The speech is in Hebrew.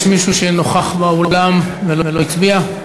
יש מישהו שנוכח באולם ולא הצביע?